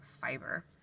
fiber